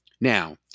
Now